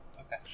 okay